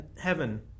heaven